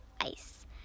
ice